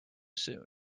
soon